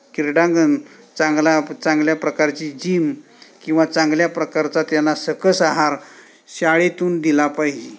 क्रीडांगण चांगला चांगल्या प्रकारची जीम किंवा चांगल्या प्रकारचा त्यांना सकस आहार शाळेतून दिला पाहिजे